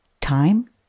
time